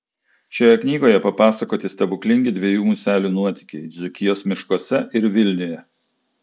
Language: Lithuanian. šioje knygoje papasakoti stebuklingi dviejų muselių nuotykiai dzūkijos miškuose ir vilniuje